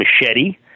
machete